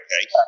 Okay